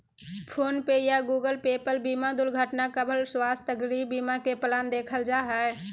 phone पे या Google pay पर बीमा दुर्घटना कवर, स्वास्थ्य, गृह बीमा के प्लान देखल जा हय